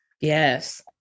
Yes